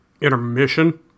Intermission